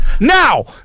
Now